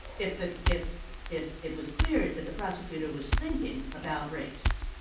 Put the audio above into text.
if the if if it was clear that the prosecutor was thinking about race.